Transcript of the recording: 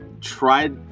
tried